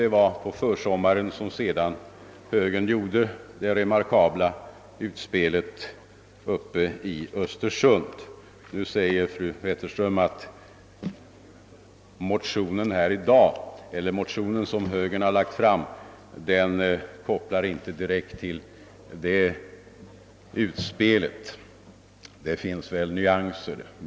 Det var på försommaren samma år som högern sedan gjorde det remarkabla utspelet uppe i Östersund. Nu säger fröken Wetterström att den i år väckta högermotionen inte kopplar direkt till det utspelet; det finns väl nyanser.